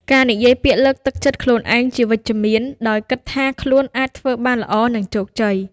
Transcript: ការនិយាយពាក្យលើកទឹកចិត្តខ្លួនឯងជាវិជ្ជមាន ដោយគិតថាខ្លួនអាចធ្វើបានល្អ និងជោគជ័យ។